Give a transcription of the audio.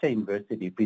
University